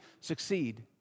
succeed